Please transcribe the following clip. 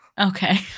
Okay